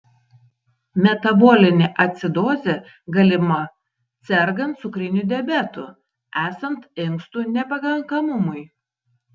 metabolinė acidozė galima sergant cukriniu diabetu esant inkstų nepakankamumui